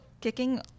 kicking